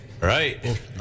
Right